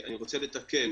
אני רוצה לתקן,